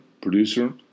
producer